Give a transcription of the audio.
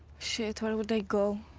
shit, where would they go?